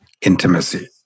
intimacy